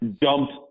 Dumped